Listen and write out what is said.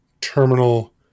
terminal